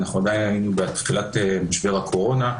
עדיין היינו בתחילת משבר הקורונה,